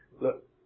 look